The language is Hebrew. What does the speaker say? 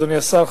אדוני השר,